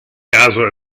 caso